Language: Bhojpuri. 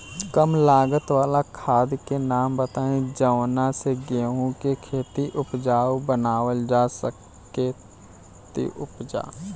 कम लागत वाला खाद के नाम बताई जवना से गेहूं के खेती उपजाऊ बनावल जा सके ती उपजा?